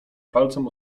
palcem